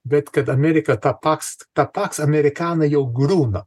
bet kad amerika tą pakst paks amerikaną jau griūna